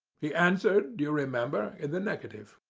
he answered, you remember, in the negative.